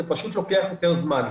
זה פשוט לוקח יותר זמן.